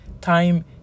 Time